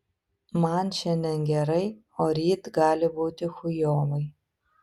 man šiandien gerai o ryt gali būti chujovai